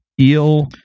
eel